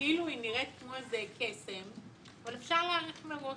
שכאילו היא נראית כמו איזה קסם אבל אפשר להעריך מראש,